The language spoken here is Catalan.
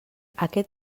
aquest